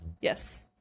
Yes